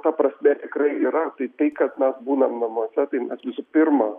ta prasmė tikrai yra tai tai kad mes būnam namuose tai mes visų pirma